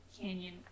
canyon